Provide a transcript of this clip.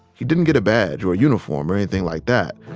he didn't get a badge or a uniform or anything like that,